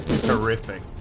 terrific